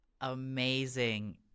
amazing